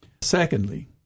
Secondly